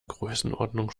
größenordnung